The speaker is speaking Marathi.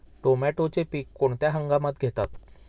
टोमॅटोचे पीक कोणत्या हंगामात घेतात?